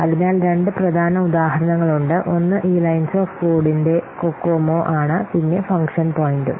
അതിനാൽ രണ്ട് പ്രധാന ഉദാഹരണങ്ങൾ ഉണ്ട് ഒന്ന് ഈ ലൈൻസ ഓഫ് കോഡിന്റെ കൊക്കോമോ ആണ് പിന്നെ ഫംഗ്ഷൻ പോയിന്റും